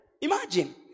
Imagine